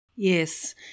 Yes